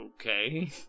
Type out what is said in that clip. Okay